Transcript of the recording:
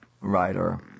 writer